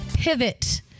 Pivot